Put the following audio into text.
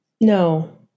no